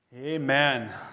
amen